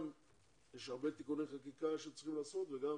יש הרבה תיקוני חקיקה שצריכים להיעשות וגם